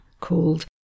called